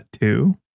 two